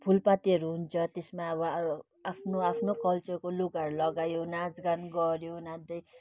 फुलपातीहरू हुन्छ त्यसमा अब आ आफ्नो आफ्नो कल्चरको लुगाहरू लगायो नाच गान गऱ्यो नाच्दै